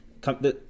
Come